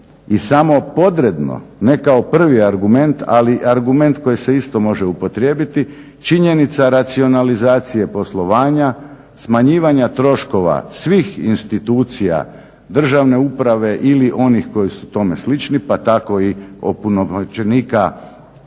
i samopodredno, ne kao prvi argument, ali argument koji se isto može upotrijebiti činjenica racionalizacije poslovanja, smanjivanja troškova svih institucija državne uprave ili onih koji su tome slični pa tako i opunomoćenika Hrvatskoga